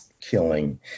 killing